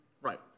Right